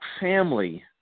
family –